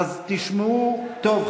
תשמעו טוב,